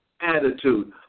attitude